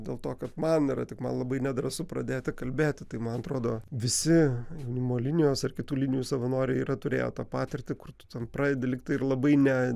dėl to kad man yra tik man labai nedrąsu pradėta kalbėti tai man atrodo visi jaunimo linijos ar kitų linijų savanoriai yra turėję tą patirtį kur tu ten pradedi lyg tai ir labai ne